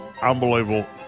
Unbelievable